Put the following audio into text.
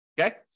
okay